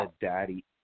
daddy